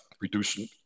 reducing